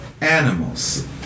Animals